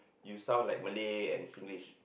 you sound like Malay and Singlish